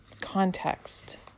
context